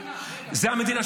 זה המדינה.